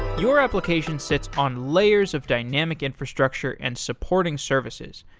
your application sits on layers of dynamic infrastructure and supporting services.